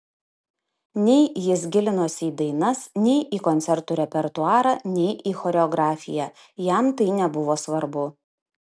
nei jis gilinosi į dainas nei į koncertų repertuarą nei į choreografiją jam tai nebuvo svarbu